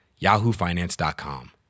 yahoofinance.com